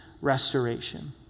restoration